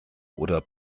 oder